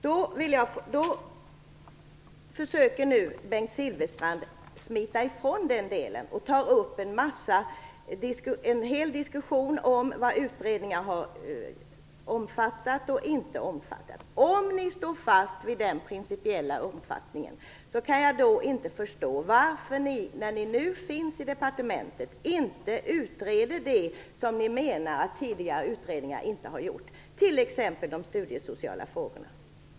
Bengt Silfverstrand försöker nu smita ifrån den delen. Han tar upp en hel diskussion om vad utredningar har och inte har omfattat. Om ni står fast vid den principiella uppfattningen kan jag inte förstå varför ni nu, när ni ingår i departementet, inte utreder det som ni menar att tidigare utredningar inte har gjort, t.ex. de studiesociala frågorna.